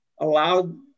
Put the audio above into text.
allowed